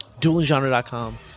DuelingGenre.com